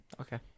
Okay